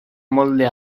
molde